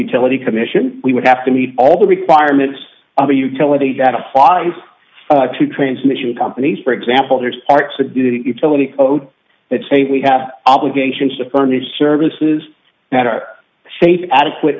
utility commission we would have to meet all the requirements of a utility that applies to transmission companies for example there's parts of the utility that say we have obligations to furnish services that are safe adequate